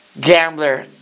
Gambler